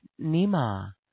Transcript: Nima